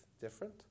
different